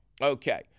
Okay